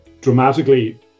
dramatically